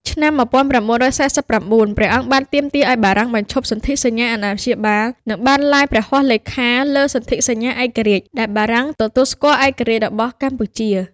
ឆ្នាំ១៩៤៩ ព្រះអង្គបានទាមទារឱ្យបារាំងបញ្ឈប់សន្ធិសញ្ញាអាណាព្យាបាល និងបានឡាយព្រះហស្តលេខាលើសន្ធិសញ្ញាឯករាជ្យដែលបារាំងទទួលស្គាល់ឯករាជ្យរបស់កម្ពុជា។